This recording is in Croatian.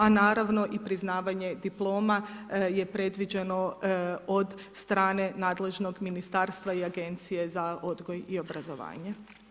A naravno i priznavanje diploma je predviđeno od strane nadležnog ministarstva i Agencije za odgoj i obrazovanje.